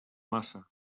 massa